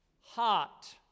hot